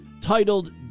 Titled